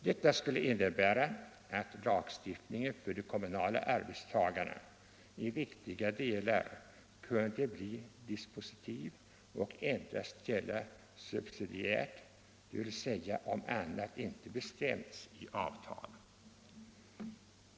Detta skulle innebära att lagstiftningen för de kommunala arbetstagarna i viktiga delar kunde bli dispositiv och endast gälla subsidiärt, dvs. om inte annat bestämts i avtal.